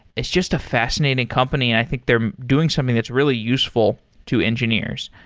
it's just a fascinating company and i think they're doing something that's really useful to engineers.